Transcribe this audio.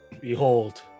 Behold